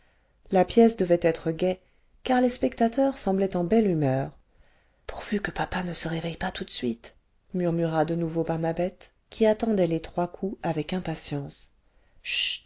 la pièce devait être gaie car les spectateurs semblaient en belle humeur pourvu que papa ne se réveille pas tout de suite murmura de nouveau barnabette qui attendait les trois coups avec impatience